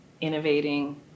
innovating